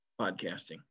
podcasting